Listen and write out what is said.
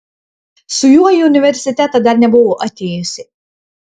su juo į universitetą dar nebuvau atėjusi